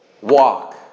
Walk